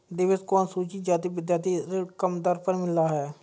देवेश को अनुसूचित जाति विद्यार्थी ऋण कम दर पर मिला है